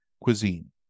cuisine